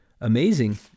amazing